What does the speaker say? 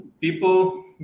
people